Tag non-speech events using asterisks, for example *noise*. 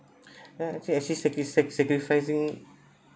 *breath* ya actually I see sacri~ sac~ sacrificing